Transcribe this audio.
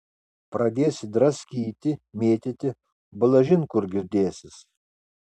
pradėsi draskyti mėtyti balažin kur girdėsis